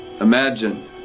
imagine